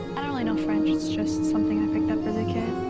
i don't really know french. it's just something i picked up as a kid.